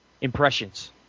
impressions